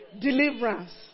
deliverance